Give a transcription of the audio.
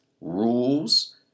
rules